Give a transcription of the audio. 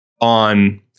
on